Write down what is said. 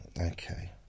okay